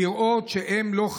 לראות שהם לא,